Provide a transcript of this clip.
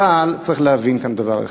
אבל צריך להבין כאן דבר אחד: